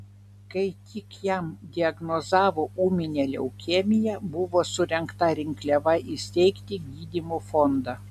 kai tik jam diagnozavo ūminę leukemiją buvo surengta rinkliava įsteigti gydymo fondą